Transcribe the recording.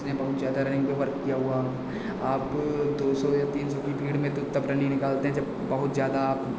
जिसने बहुत ज़्यादा रनिंग पर वर्क किया हुआ हो आप दो सौ या तीन सौ की भीड़ में तो तब रनिंग निकालते हैं जब बहुत ज़्यादा आप